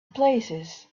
places